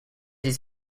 his